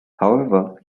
however